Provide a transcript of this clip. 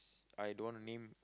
I don't wanna name